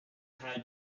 have